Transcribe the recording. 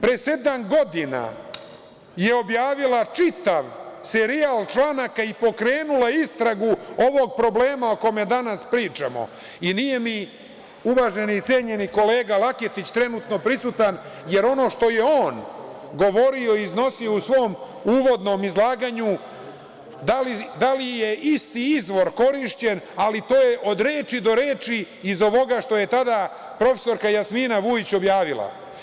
Pre sedam godina je objavila čitav serijal članaka i pokrenula istragu ovog problema o kome danas pričamo i nije mi uvaženi i cenjeni kolega Laketić trenutno prisutan, jer ono što je on govorio i iznosio u svom uvodnom izlaganju, da li je isti izvor korišćen, ali to je od reči do reči iz ovoga što je tada prof Jasmina Vujić objavila.